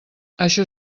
això